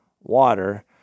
water